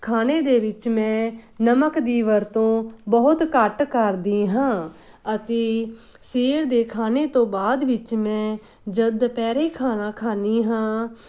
ਖਾਣੇ ਦੇ ਵਿੱਚ ਮੈਂ ਨਮਕ ਦੀ ਵਰਤੋਂ ਬਹੁਤ ਘੱਟ ਕਰਦੀ ਹਾਂ ਅਤੇ ਸਵੇਰ ਦੇ ਖਾਣੇ ਤੋਂ ਬਾਅਦ ਵਿੱਚ ਮੈਂ ਜਦ ਦੁਪਹਿਰੇ ਖਾਣਾ ਖਾਂਦੀ ਹਾਂ